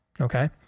okay